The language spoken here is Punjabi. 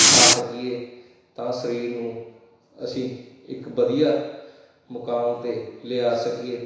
ਖਾ ਸਕੀਏ ਤਾਂ ਸਰੀਰ ਨੂੰ ਅਸੀਂ ਇੱਕ ਵਧੀਆ ਮੁਕਾਮ 'ਤੇ ਲਿਆ ਸਕੀਏ